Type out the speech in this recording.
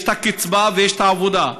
יש את הקצבה ויש את העבודה.